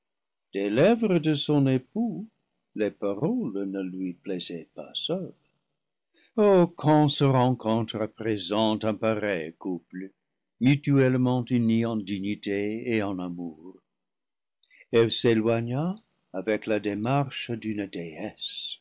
des lèvres de son époux les paroles ne lui plaisaient pas seules oh quand se rencontre à présent un pareil couple mutuellement uni en dignité et en amour eve s'éloigna avec la démarche d'une